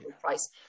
price